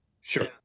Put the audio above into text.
Sure